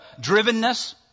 drivenness